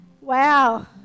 Wow